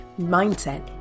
mindset